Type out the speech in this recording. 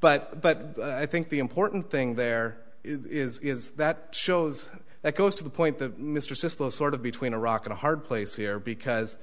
but but i think the important thing there is is that shows that goes to the point that mr cisco sort of between a rock and a hard place here because